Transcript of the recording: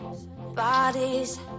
Bodies